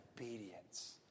obedience